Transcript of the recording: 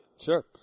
Sure